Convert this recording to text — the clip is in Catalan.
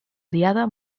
diada